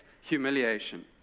humiliation